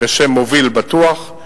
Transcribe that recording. בשם "מוביל בטוח".